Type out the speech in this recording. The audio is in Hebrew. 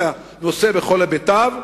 את הנושא בכל היבטיו,